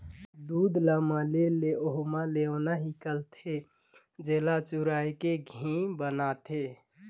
दूद ल मले ले ओम्हे लेवना हिकलथे, जेला चुरायके घींव बनाथे